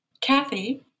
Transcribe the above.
Kathy